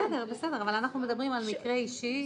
בסדר, אבל אנחנו מדברים על מקרה אישי,